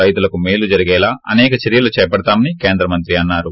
రైతులకు మేలు జరిగేలా అసేక చర్యలు చేపడతామని కేంద్ర మంత్రి అన్నారు